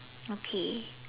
okay